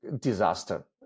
Disaster